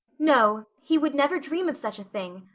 no, he would never dream of such a thing.